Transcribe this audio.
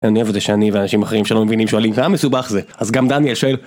אני אוהב את זה שאני ואנשים אחרים שלא מבינים שואלים מה המסובך זה אז גם דניאל שואל.